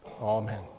Amen